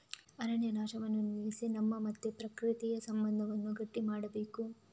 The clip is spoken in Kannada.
ಅರಣ್ಯ ನಾಶವನ್ನ ನಿಲ್ಲಿಸಿ ನಮ್ಮ ಮತ್ತೆ ಪ್ರಕೃತಿಯ ಸಂಬಂಧವನ್ನ ಗಟ್ಟಿ ಮಾಡ್ಬೇಕು